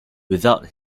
without